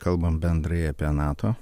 kalbam bendrai apie nato